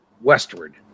westward